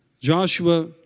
Joshua